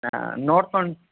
ಹಾಂ ನೋಡ್ಕೊಂಡು